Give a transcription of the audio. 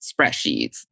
spreadsheets